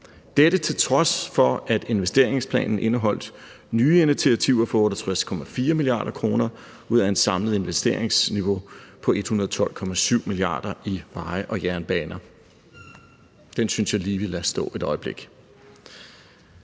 Dette til trods for, at investeringsplanen indeholdt nye initiativer for 68,4 mia. kr. ud af et samlet investeringsniveau på 112,7 mia. kr. i veje og jernbaner. Den synes jeg lige vi lader stå et øjeblik.